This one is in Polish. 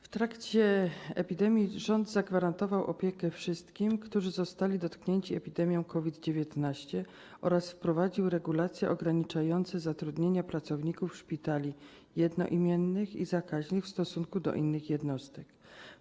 W trakcie epidemii rząd zagwarantował opiekę wszystkim, którzy zostali dotknięci epidemią COVID-19, oraz wprowadził regulacje ograniczające zatrudnienie pracowników szpitali jednoimiennych i zakaźnych w innych jednostkach.